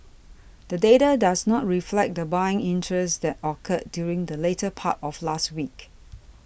the data does not reflect the buying interest that occurred during the latter part of last week